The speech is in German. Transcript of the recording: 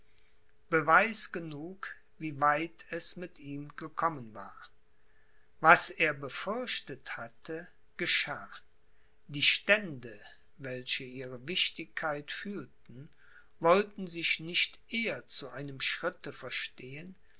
beweis genug wie weit es mit ihm gekommen war was er befürchtet hatte geschah die stände welche ihre wichtigkeit fühlten wollten sich nicht eher zu einem schritte verstehen